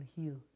heal